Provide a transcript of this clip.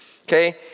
okay